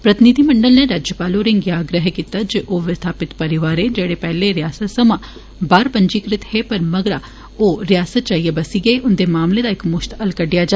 प्रतिनिधिमंडल नै राज्यपाल होरें गी आग्रह कीता जे ओह विस्थापित परिवारें जेहड़े पैहले रियासता सवां बाहर पंजीकृत हे पर मगरा ओह् रियासत च आइयै बसी गे हे उन्दे मामले दा इक्कमुश्त हल कड्डेआ जा